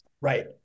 right